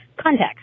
Context